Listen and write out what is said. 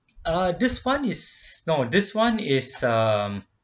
uh this one is no this one is some